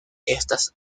estas